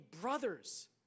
brothers